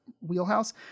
wheelhouse